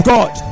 God